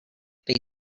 they